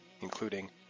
including